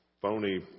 phony